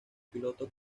piloto